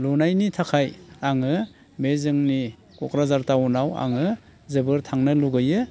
नुनायनि थाखाय आङो बे जोंनि क'क्राझार टाउनाव आङो जोबोर थांनो लुबैयो